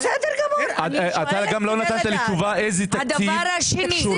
אתה גם לא נתת לי תשובה איזה תקציב שוריין.